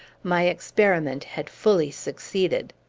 my experiment had fully succeeded.